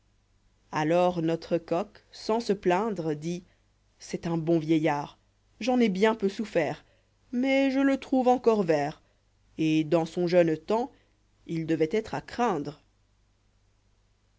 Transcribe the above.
alors notre coq sans se plaindre pu c'est un bon vieillard j'en ai bien peu souffert i mais je le trouve encore vert et dans son jeune temps il devoit être à craindre